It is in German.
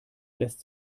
lässt